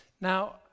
Now